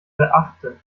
beachten